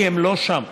כי הם לא שם.